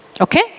Okay